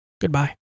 Goodbye